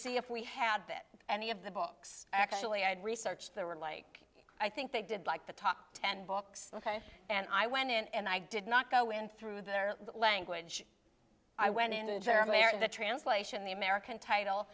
see if we had any of the books actually i did research there were like i think they did like the top ten books ok and i went in and i did not go in through their language i went into jeremy or the translation the american title